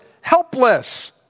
helpless